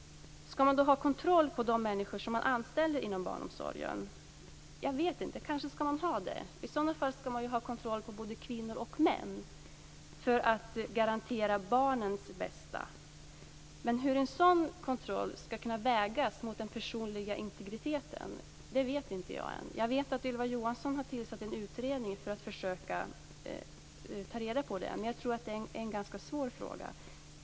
Skall man då ha kontroll på de människor som man anställer inom barnomsorgen? Jag vet inte. Kanske man skall ha det. I så fall skall man ha kontroll på både kvinnor och män för att garantera barnens bästa. Men hur en sådan kontroll skall kunna vägas mot den personliga integriteten vet jag inte ännu. Ylva Johansson har tillsatt en utredning för att försöka ta reda på det. Jag tror att det är en ganska svår fråga.